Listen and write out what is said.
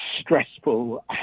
stressful